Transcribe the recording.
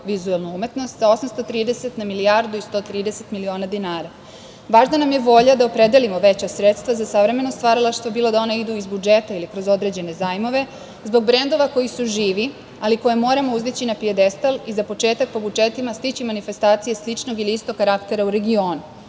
audio-vizuelnu umetnost sa 830 na milijardu i 130 miliona dinara. Važna nam je volja da opredelimo veća sredstva za savremeno stvaralaštvo, bilo da ona idu iz budžeta ili kroz određene zajmove, zbog brendova koji su živi, ali koje moramo uzdići na pijedestal i za početak po budžetima stići manifestacije sličnog ili istog karaktera u regionu. Imamo